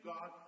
God